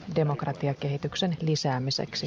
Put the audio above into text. arvoisa puhemies